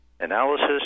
analysis